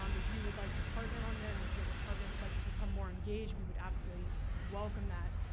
um if you would like to partner on them, if your department would like to become more engaged, we would absolutely welcome that.